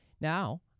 Now